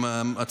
אליהו רביבו.